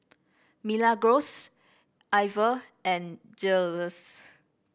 Milagros Iver and Giles